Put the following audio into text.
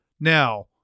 now